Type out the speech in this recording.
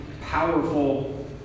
powerful